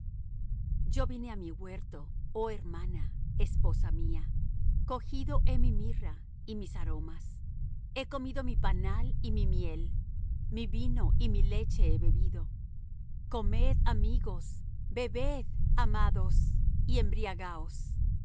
yo vine á mi huerto oh hermana esposa mía cogido he mi mirra y mis aromas he comido mi panal y mi miel mi vino y mi leche he bebido comed amigos babed amados y embriagaos